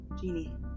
Genie